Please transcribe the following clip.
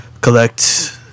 collect